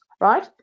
right